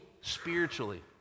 spiritually